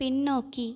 பின்னோக்கி